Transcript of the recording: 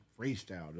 freestyle